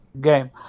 game